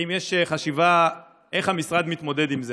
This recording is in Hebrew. האם יש חשיבה, איך המשרד מתמודד עם זה?